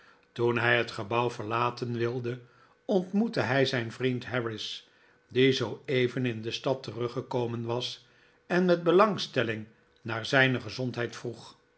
toen hij het gebouw verlaten wilde ontmoette try zijn vriend harris die zoo even in de stad teruggekomen was en met belangstelling naar zijne gezondheid vroeg